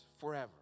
forever